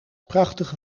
prachtige